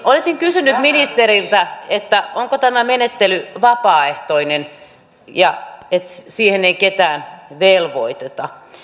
olisin kysynyt ministeriltä onko tämä menettely vapaaehtoinen niin että siihen ei ketään velvoiteta